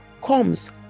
comes